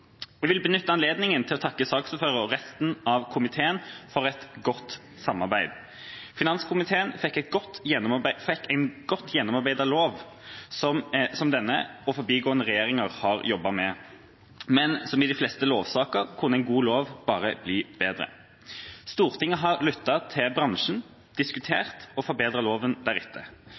Jeg vil benytte anledningen til å takke saksordføreren og resten av komitéen for et godt samarbeid. Finanskomitéen fikk en godt gjennomarbeidet lov som både denne og foregående regjeringer har jobbet med, men som i de fleste lovsaker kunne en god lov bare bli bedre. Stortinget har lyttet til bransjen, diskutert og forbedret loven deretter.